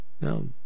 No